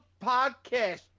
podcast